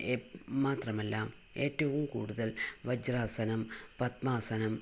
എപ് മാത്രമല്ല ഏറ്റവും കൂടുതൽ വജ്രാസനം പത്മാസനം